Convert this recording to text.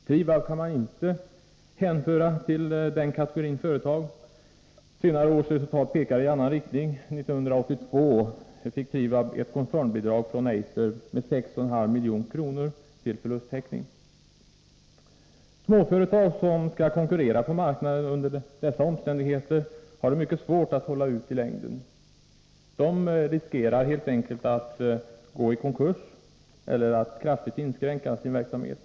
Trivab kan inte hänföras till den kategorin företag. Senare års resultat pekar i annan riktning. År 1982 fick Trivab ett koncernbidrag från Eiser med 6,5 milj.kr. till förlusttäckning. Småföretag som skall konkurrera på marknaden under dessa omständigheter har mycket svårt att hålla ut i längden. De riskerar helt enkelt att gå i konkurs eller att bli tvungna att kraftigt inskränka sin verksamhet.